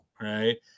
right